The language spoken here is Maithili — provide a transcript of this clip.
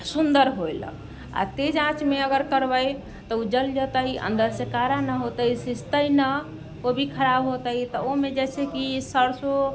सुन्दर होइलक आओर तेज आँचमे अगर करबै तऽ उ जल जेतै अन्दरसँ काड़ा नहि होतै सिझतै नहि ओ भी खराब होतै तऽ ओइमे जैसे कि सरसो